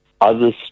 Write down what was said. others